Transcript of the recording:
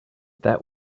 that